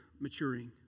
maturing